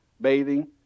bathing